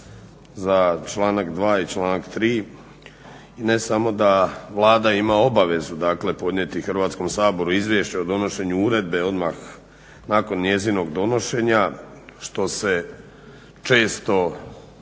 za članak 2. i članak 3. I ne samo da Vlada ima obavezu, podnijeti Hrvatskom saboru izvješće o donošenju uredbe odmah nakon njezinog donošenja, što se često praktično